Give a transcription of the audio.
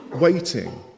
waiting